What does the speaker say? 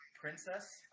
Princess